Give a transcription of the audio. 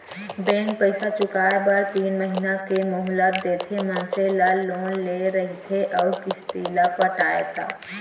bank पइसा चुकाए बर तीन महिना के मोहलत देथे मनसे ला लोन ले रहिथे अउ किस्ती ल पटाय ता